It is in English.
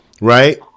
right